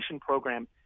program